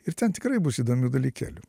ir ten tikrai bus įdomių dalykėlių